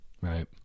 right